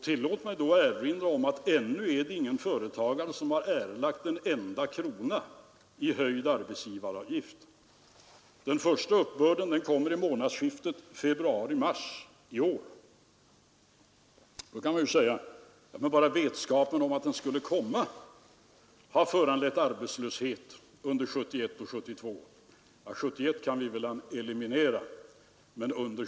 Jag ser det här som en fråga om prioriteringar, som allt annat, och här återstår naturligtvis den befogade motfrågan: Vill man vara med och betala vad det kostar, 1,4 eller 1,5 miljarder? Herr Fälldin har nu bundit sig för att genomföra reformen.